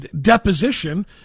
deposition